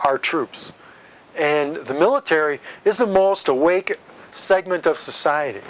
our troops and the military is the most awake segment of society